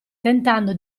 tentando